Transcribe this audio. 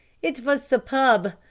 it vas superb.